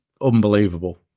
unbelievable